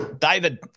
David